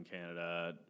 Canada